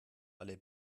alle